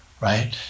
right